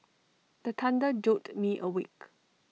the thunder jolt me awake